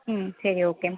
ம் சரி ஓகே